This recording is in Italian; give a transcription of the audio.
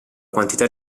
quantità